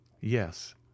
Yes